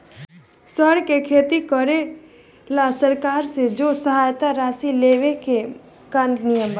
सर के खेती करेला सरकार से जो सहायता राशि लेवे के का नियम बा?